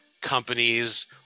companies